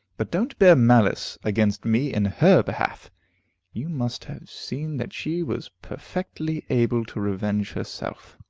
but don't bear malice against me in her behalf you must have seen that she was perfectly able to revenge herself.